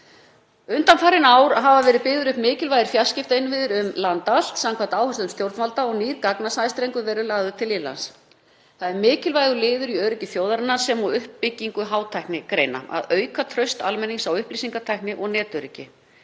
Undanfarin ár hafa verið byggðir upp mikilvægir fjarskiptainnviðir um land allt samkvæmt áætlun stjórnvalda og nýr gagnasæstrengur verið lagður til Írlands. Það er mikilvægur liður í öryggi þjóðarinnar sem og uppbyggingu hátæknigreina að auka traust almennings á upplýsingatækni og netöryggi.